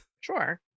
Sure